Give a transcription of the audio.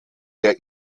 der